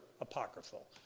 apocryphal